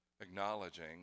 acknowledging